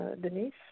Denise